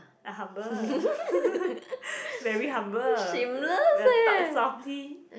I humble very humble will talk softly